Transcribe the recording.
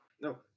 No